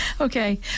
Okay